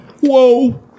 Whoa